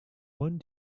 one